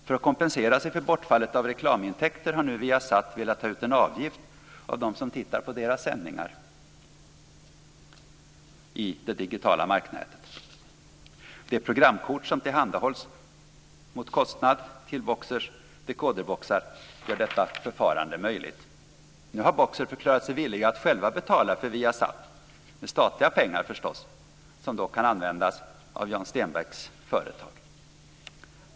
För att kompensera sig för bortfallet av reklamintäkter har nu Viasat velat ta ut en avgift av dem som tittar på dess sändningar i det digitala marknätet. Det programkort till Boxers dekoderboxar som tillhandahålls mot en kostnad gör detta förfarande möjligt. Nu har Boxer förklarat sig villigt att självt betala för Viasat. Det sker förstås med statliga pengar, som då kan användas av Jan Stenbecks företag.